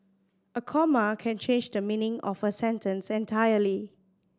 a comma can change the meaning of a sentence entirely